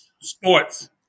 sports